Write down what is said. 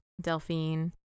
Delphine